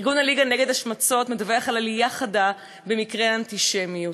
הליגה נגד השמצה מדווחת על עלייה חדה במספר מקרי האנטישמיות.